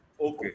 Okay